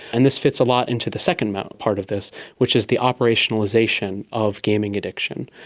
and this fits a lot into the second part of this which is the operationalisation of gaining addiction.